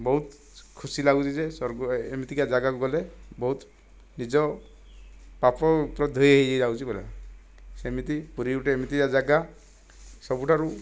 ବହୁତ ଖୁସି ଲାଗୁଛି ଯେ ସ୍ୱର୍ଗ ଏମିତିକା ଜାଗାକୁ ଗଲେ ବହୁତ ନିଜ ପାପ ପୁରା ଧୋଇ ହୋଇ ହେଇ ଯାଉଛି ପୁରା ସେମିତି ପୁରୀ ଗୋଟିଏ ଏମିତିକା ଜାଗା ସବୁଠାରୁ